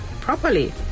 properly